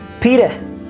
Peter